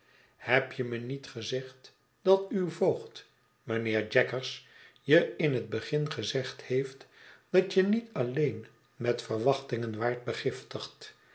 heb je me niet gezegd dat uw voogd mijnheer jaggers je in het begin gezegd heeft dat je niet alleen met verwachtingen waart begiftigd